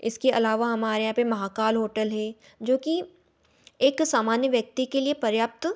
इसके अलावा हमारे यहाँ पर महाकाल होटल है जो कि एक सामान्य व्यक्ति के लिए पर्याप्त